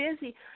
busy